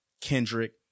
kendrick